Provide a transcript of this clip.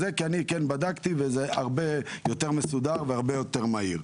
כי אני כן בדקתי וזה הרבה יותר מסודר והרבה יותר מהיר.